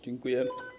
Dziękuję.